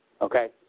okay